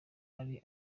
ari